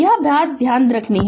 यह बात ध्यान में रखनी है